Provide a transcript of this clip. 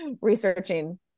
researching